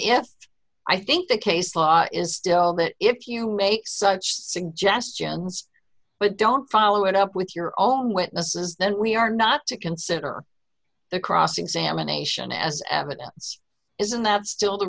if i think the case law is still that if you make such suggestions but don't follow it up with your all witnesses then we are not to consider the cross examination as evidence isn't that still the